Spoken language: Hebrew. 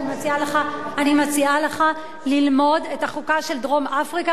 אני מציעה לך ללמוד את החוקה של דרום-אפריקה